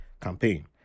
campaign